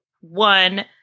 one